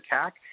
attack